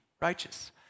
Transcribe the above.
righteous